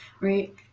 Right